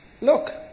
Look